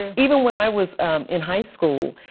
and even when i was in high school,